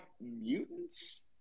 mutants